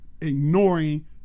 ignoring